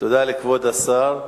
תודה לכבוד השר.